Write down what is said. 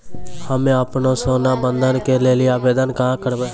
हम्मे आपनौ सोना बंधन के लेली आवेदन कहाँ करवै?